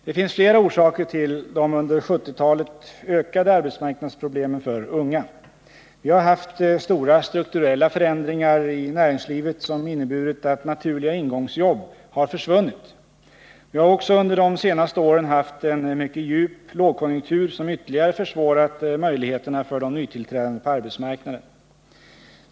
Det finns flera orsaker till de under 1970-talet ökade arbetsmarknadsproblemen för unga. Vi har haft stora strukturella förändringar i näringslivet som inneburit att naturliga ingångsjobb har försvunnit. Vi har också under de senaste åren haft en mycket djup lågkonjunktur som ytterligare försvårat möjligheterna för de nytillträdande på arbetsmarknaden.